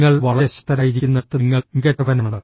നിങ്ങൾ വളരെ ശക്തരായിരിക്കുന്നിടത്ത് നിങ്ങൾ മികച്ചവനാണ്